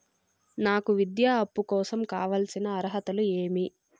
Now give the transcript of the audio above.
నాకు విద్యా అప్పు కోసం కావాల్సిన అర్హతలు ఏమి?